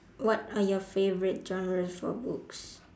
what are your favorite genres for books